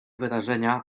wyrażenia